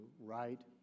right